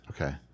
Okay